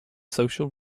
social